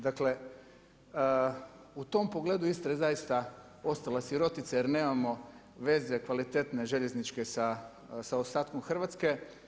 Dakle, u tom pogledu Istra je zaista ostala sirotica jer nemamo veze kvalitetne željezničke sa ostatkom Hrvatske.